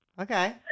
okay